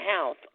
house